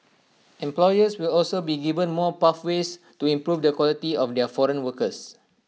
employers will also be given more pathways to improve the quality of their foreign workers